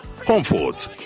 comfort